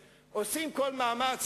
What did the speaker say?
אם להאריך אותה,